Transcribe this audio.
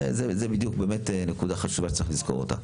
זה בדיוק באמת נקודה חשובה שצריך לזכור אותה.